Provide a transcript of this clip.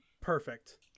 perfect